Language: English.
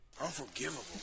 Unforgivable